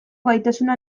gaitasuna